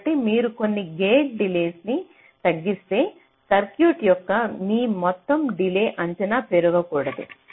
కాబట్టి మీరు కొన్ని గేట్ డిలేస్ తగ్గిస్తే సర్క్యూట్ యొక్క మీ మొత్తం డిలే అంచనా పెరగకూడదు